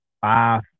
five